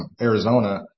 Arizona